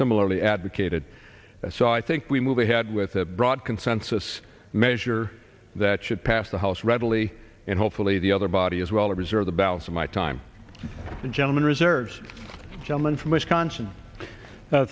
similarly advocated so i think we move ahead with a broad consensus measure that should pass the house readily and hopefully the other body as well or preserve the balance of my time gentleman reserves gentleman from wisconsin